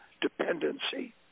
dependency